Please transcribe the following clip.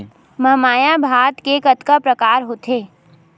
महमाया भात के कतका प्रकार होथे?